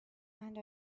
and